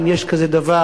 אם יש כזה דבר,